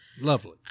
Lovely